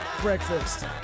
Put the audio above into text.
Breakfast